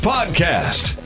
Podcast